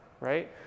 right